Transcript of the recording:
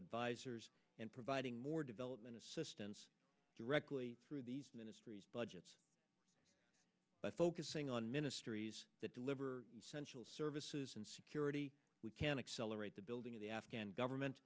advisers and providing more development assistance directly through these ministries budgets by focusing on ministries that deliver sensual services and security we can accelerate the building of the afghan government